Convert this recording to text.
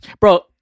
bro